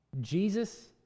Jesus